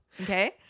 Okay